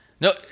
No